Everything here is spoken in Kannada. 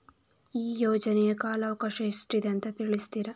ಈ ಯೋಜನೆಯ ಕಾಲವಕಾಶ ಎಷ್ಟಿದೆ ಅಂತ ತಿಳಿಸ್ತೀರಾ?